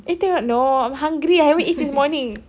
eh tengok no I'm hungry I haven't eat since morning